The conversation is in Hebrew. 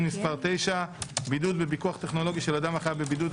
מס' 9) (בידוד בפיקוח טכנולוגי של אדם החייב בבידוד),